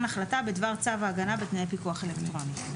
החלטה בדבר צו ההגנה ותנאי פיקוח אלקטרוני.